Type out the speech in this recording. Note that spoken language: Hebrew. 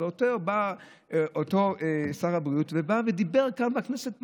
אבל בא אותו שר הבריאות ודיבר כאן בכנסת.